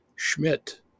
Schmidt